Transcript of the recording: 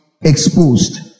exposed